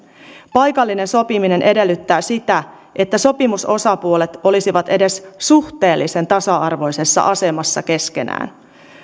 paikallinen sopiminen edellyttää sitä että sopimusosapuolet olisivat edes suhteellisen tasa arvoisessa asemassa keskenään